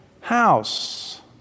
house